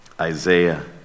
Isaiah